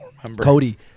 Cody